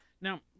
now